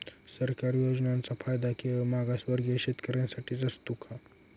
सरकारी योजनांचा फायदा केवळ मागासवर्गीय शेतकऱ्यांसाठीच असतो का?